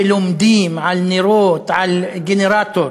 שלומדים לאור נרות, מגנרטור,